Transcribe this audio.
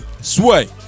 sway